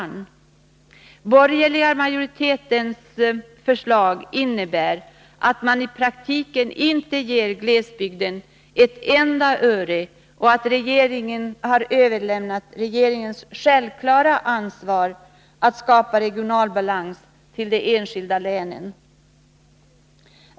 Den borgerliga majoritetens förslag innebär att regeringen i praktiken inte ger glesbygden ett enda öre och att regeringen har överlämnat sitt självklara ansvar att skapa regional balans till de enskilda länen.